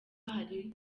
hari